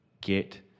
get